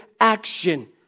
action